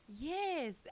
Yes